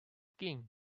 king